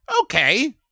Okay